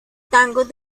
tangos